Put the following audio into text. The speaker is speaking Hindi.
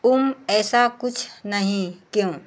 उम्म ऐसा कुछ नहीं क्यों